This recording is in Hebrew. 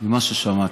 ממה ששמעתי.